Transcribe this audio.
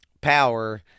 power